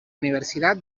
universidad